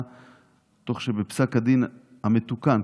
תוך שבפסק הדין המתוקן,